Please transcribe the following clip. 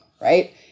right